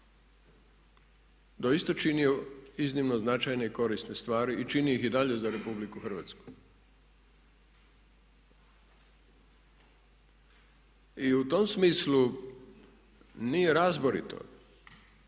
doista činio iznimno značajne i korisne stvari i čini ih i dalje za Republiku Hrvatsku. I u tom smislu nije razborito